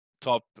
top